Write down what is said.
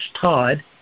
Todd